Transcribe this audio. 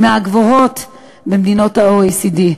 היא מהגבוהות במדינות ה-OECD,